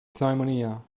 pneumonia